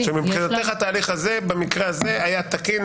- מבחינתך התהליך במקרה הזה היה תקין,